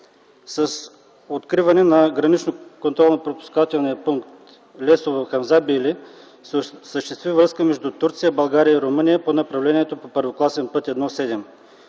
С откриване на гранично контролно-пропускателния пункт Лесово Хамзабейли се осъществи връзка между Турция, България и Румъния по направлението по първокласен път І-7.